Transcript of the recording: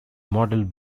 modelled